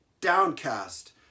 downcast